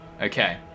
Okay